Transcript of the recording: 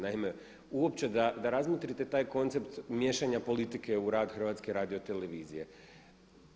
Naime, uopće da razmotrite taj koncept miješanja politike u rad HRT-a.